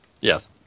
Yes